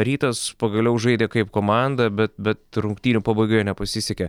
rytas pagaliau žaidė kaip komanda bet bet rungtynių pabaigoje nepasisekė